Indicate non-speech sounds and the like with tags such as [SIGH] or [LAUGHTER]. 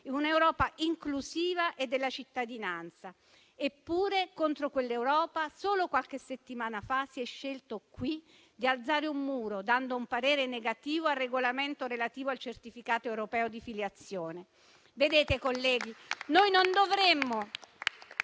un'Europa inclusiva e della cittadinanza. Eppure, contro quell'Europa solo qualche settimana fa si è scelto qui di alzare un muro, dando un parere negativo al regolamento relativo al certificato europeo di filiazione. [APPLAUSE] Vedete, colleghi, non dovremmo